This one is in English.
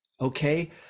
okay